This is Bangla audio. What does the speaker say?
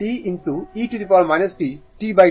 কিন্তু LR হল τ